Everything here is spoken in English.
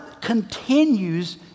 continues